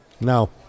No